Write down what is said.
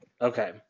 Okay